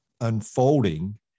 unfolding